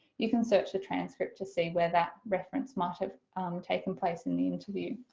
you can search the transcript to see where that reference might have taken place in the interview.